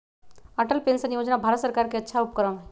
Atal pension योजना भारत सर्कार के अच्छा उपक्रम हई